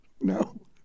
No